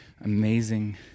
amazing